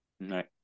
Right